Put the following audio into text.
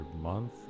month